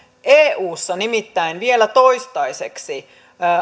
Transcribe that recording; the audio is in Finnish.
eussa nimittäin vielä toistaiseksi